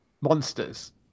monsters